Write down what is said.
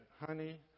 honey